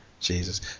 jesus